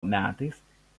metais